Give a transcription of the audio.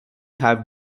have